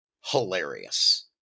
hilarious